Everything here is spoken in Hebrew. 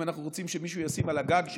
אם אנחנו רוצים שמישהו ישים על הגג שלו,